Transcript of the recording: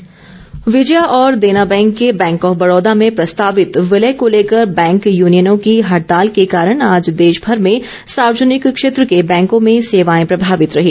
bank हड़ताल विजया और Dena bank के बैंक ऑफ बड़ौदा में प्रस्तावित विलय को लेकर बैंक यूनियनों की हड़ताल के कारण आज देशभर में सार्वजनिक क्षेत्र के बैंकों में सेवाएं प्रभावित रहीं